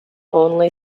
only